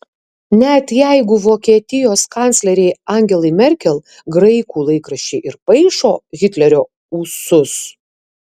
net jeigu vokietijos kanclerei angelai merkel graikų laikraščiai ir paišo hitlerio ūsus